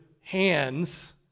hands